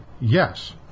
yes